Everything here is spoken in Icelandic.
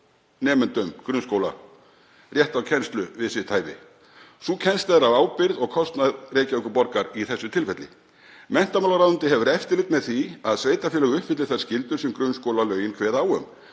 nemendum grunnskóla rétt á kennslu við sitt hæfi. Sú kennsla er á ábyrgð og kostnað Reykjavíkurborgar í þessu tilfelli. Menntamálaráðuneytið hefur eftirlit með því að sveitarfélög uppfylli þær skyldur sem grunnskólalögin kveða á um.